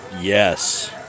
Yes